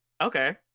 Okay